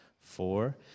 four